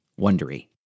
wondery